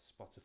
spotify